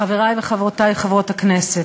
חברי וחברותי חברות הכנסת,